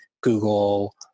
Google